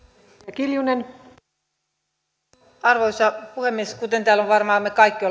arvoisa puhemies täällä varmaan me kaikki